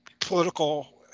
political